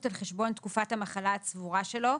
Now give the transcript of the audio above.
על חשבון תקופת המחלה הצבורה שלו,